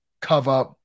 cover